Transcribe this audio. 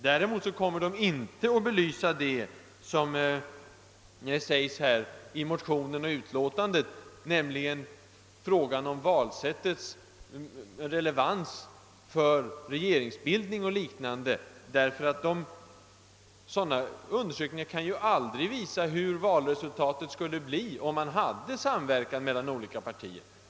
Däremot kommer de inte att belysa vad som sägs i motionen och utskottsutlåtandet, nämligen frågan om valsättets relevans för regeringsbildning och liknande. Sådana här undersökningar kan aldrig visa hur valresultatet skulle ha blivit om man hade haft en samverkan mellan olika partier.